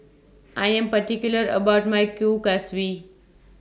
I Am particular about My Kuih Kaswi